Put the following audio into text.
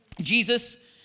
Jesus